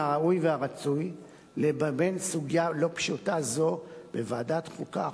מן הראוי והרצוי ללבן סוגיה לא פשוטה זו בוועדת חוקה,